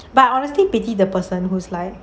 but honestly pity the person who's like